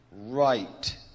right